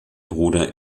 bruder